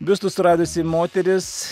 biustus suradusi moteris